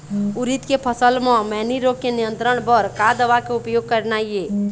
उरीद के फसल म मैनी रोग के नियंत्रण बर का दवा के उपयोग करना ये?